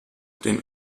den